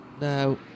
Now